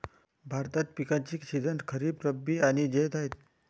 भारतात पिकांचे सीझन खरीप, रब्बी आणि जैद आहेत